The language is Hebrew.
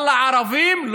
אבל הערבים?